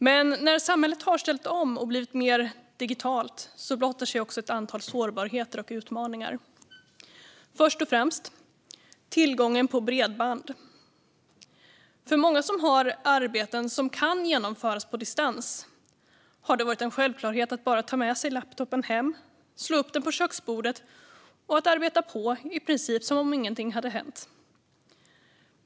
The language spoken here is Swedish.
Men när samhället har ställt om och blivit mer digitalt blottas också ett antal sårbarheter och utmaningar. Först och främst gäller det tillgången till bredband. För många som har arbeten som kan skötas på distans har det varit en självklarhet att ta med sig laptoppen hem, slå upp den på köksbordet och i princip jobba på som om inget hänt.